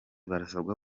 barasabwa